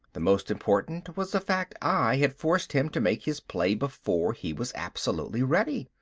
the most important was the fact i had forced him to make his play before he was absolutely ready.